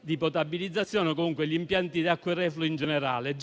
di potabilizzazione o comunque agli impianti di acque reflue in generale.